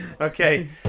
Okay